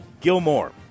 Gilmore